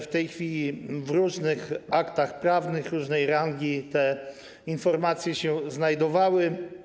W tej chwili w różnych aktach prawnych, różnej rangi te informacje się znajdowały.